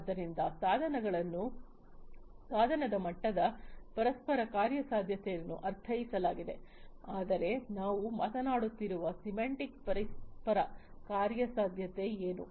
ಆದ್ದರಿಂದ ಸಾಧನದ ಮಟ್ಟದ ಪರಸ್ಪರ ಕಾರ್ಯಸಾಧ್ಯತೆಯನ್ನು ಅರ್ಥೈಸಲಾಗಿದೆ ಆದರೆ ನಾವು ಮಾತನಾಡುತ್ತಿರುವ ಸಿಮ್ಯಾಂಟಿಕ್ ಪರಸ್ಪರ ಕಾರ್ಯಸಾಧ್ಯತೆ ಏನು